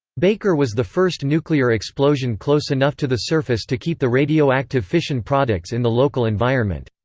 baker was the first nuclear explosion close enough to the surface to keep the radioactive fission products in the local environment.